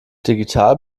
digital